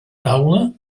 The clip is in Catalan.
taula